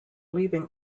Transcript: leaving